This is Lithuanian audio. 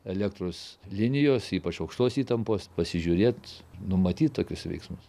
elektros linijos ypač aukštos įtampos pasižiūrėt numatyt tokius veiksmus